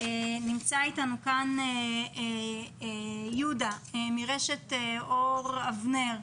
נמצא אתנו יהודה מרשת אור אבנר,